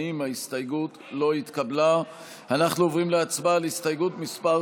אנחנו עוברים להצבעה על הסתייגות מס'